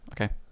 Okay